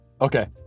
okay